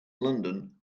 london